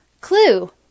Clue